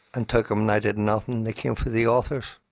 and took them and i did nothing, they came for the authors.